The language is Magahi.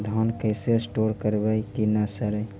धान कैसे स्टोर करवई कि न सड़ै?